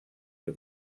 que